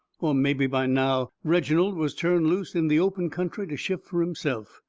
or mebby by now reginald was turned loose in the open country to shift fur himself,